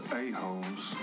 a-holes